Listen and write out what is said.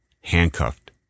handcuffed